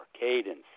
cadence